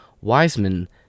Wiseman